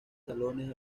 salones